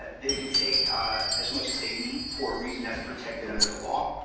ah they can take as much as they need for a reason that's protected under the law.